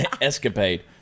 escapade